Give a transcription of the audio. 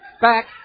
back